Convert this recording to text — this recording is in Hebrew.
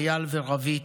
אייל ורווית.